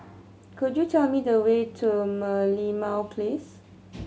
could you tell me the way to Merlimau Place